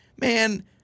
man